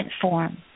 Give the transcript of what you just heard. form